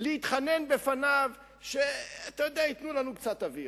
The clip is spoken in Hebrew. להתחנן לפניו שייתנו לנו קצת אוויר,